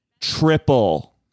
triple